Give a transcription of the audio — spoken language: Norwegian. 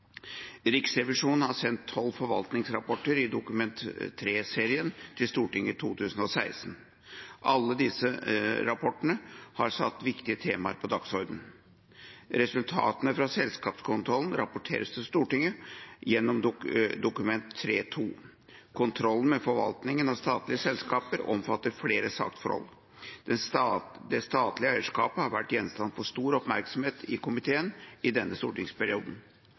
Riksrevisjonen sendte tolv forvaltningsrevisjonsrapporter i Dokument 3-serien til Stortinget i 2016. Alle disse rapportene har satt viktige temaer på dagsordenen. Resultatene fra selskapskontrollen rapporteres til Stortinget gjennom Dokument 3:2 for 2016–2017. Kontrollen med forvaltningen av statlige selskaper omfatter flere saksforhold. Det statlige eierskapet har vært gjenstand for stor oppmerksomhet i komiteen i denne stortingsperioden.